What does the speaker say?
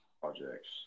Projects